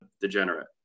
degenerate